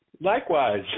Likewise